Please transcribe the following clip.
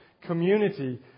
community